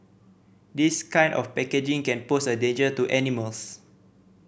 this kind of packaging can pose a danger to animals